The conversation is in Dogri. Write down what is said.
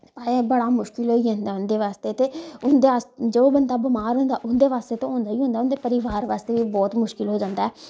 भाई बड़ा मुशकल होई जंदा उं'दे आस्ते ते उंदै जेह्ड़ा बंदा बमार होंदा उं'दै आस्तै ते होंदा ई होंदा उं'दे परिबार आस्ते बी बहुत मुशकलां हो जांदा ऐ